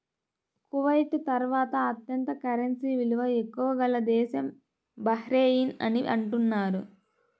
Kuwait తర్వాత అత్యంత currency విలువ ఎక్కువ గల దేశం బహ్రెయిన్ అని అంటున్నారు